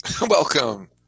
Welcome